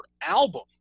album